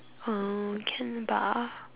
oh can bah